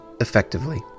effectively